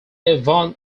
van